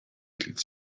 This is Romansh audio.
dils